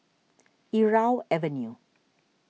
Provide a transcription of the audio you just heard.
Irau Avenue